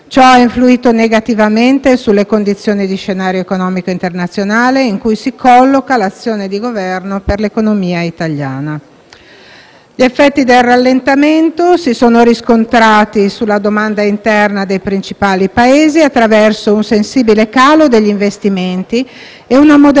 Ciò ha influito negativamente sulle condizioni dello scenario economico internazionale, in cui si colloca l'azione di Governo per l'economia italiana. Gli effetti del rallentamento si sono riscontrati sulla domanda interna dei principali Paesi, attraverso un sensibile calo degli investimenti e una moderazione